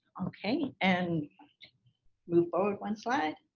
okay and move forward one slide